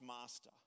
master